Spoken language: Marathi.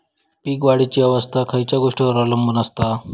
पीक वाढीची अवस्था खयच्या गोष्टींवर अवलंबून असता?